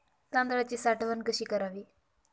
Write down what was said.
तांदळाची साठवण कशी करावी?